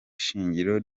shingiro